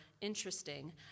interesting